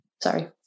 sorry